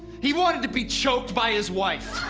he wanted to be choked by his wife.